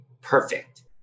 perfect